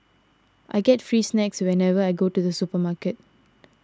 I get free snacks whenever I go to the supermarket